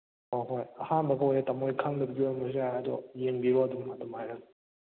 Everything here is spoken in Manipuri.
ꯍꯣꯏ ꯍꯣꯏ ꯑꯍꯥꯟꯕꯒ ꯑꯣꯏꯔꯦ ꯇꯥꯃꯣ ꯍꯣꯏ ꯈꯪꯗꯕꯒꯤ ꯑꯣꯏꯔꯝꯕꯁꯨ ꯌꯥꯏ ꯑꯗꯣ ꯌꯦꯡꯕꯤꯔꯣ ꯑꯗꯨꯝ ꯑꯗꯨꯃꯥꯏꯅ